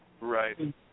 Right